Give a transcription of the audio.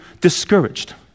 discouraged